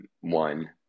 one